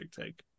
take